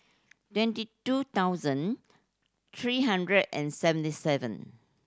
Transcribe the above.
twenty two thousand three hundred and seventy seven